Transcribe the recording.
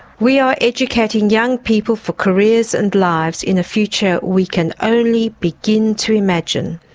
we are educating young people for careers and lives in a future we can only begin to imagine.